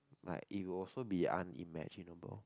like it would also be unimaginable